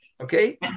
okay